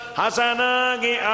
Hasanagi